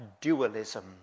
dualism